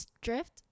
Drift